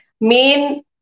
main